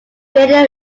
radio